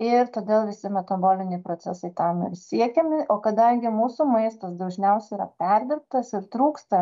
ir todėl visi metaboliniai procesai tam ir siekiami o kadangi mūsų maistas dažniausiai yra perdirbtas ir trūksta